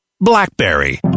BlackBerry